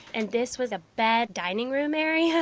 and this was a bed dining room area,